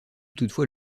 toutefois